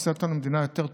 עושה אותנו מדינה יותר טובה,